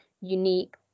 unique